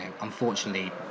unfortunately